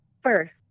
First